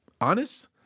honest